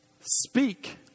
speak